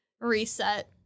reset